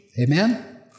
Amen